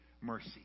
mercy